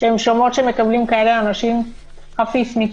שהן שומעות שמקבלים כאלה עונשים חפיפניקיים?